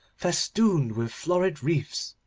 festooned with florid wreaths,